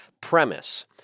premise